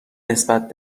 نسبت